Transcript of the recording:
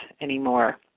anymore